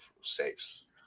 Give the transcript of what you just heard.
saves